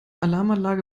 alarmanlage